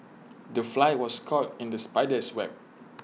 the fly was caught in the spider's web